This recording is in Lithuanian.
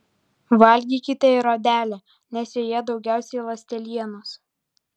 valgykite ir odelę nes joje daugiausiai ląstelienos